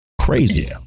crazy